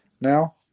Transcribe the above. now